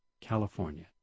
California